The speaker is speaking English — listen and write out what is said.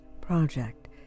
Project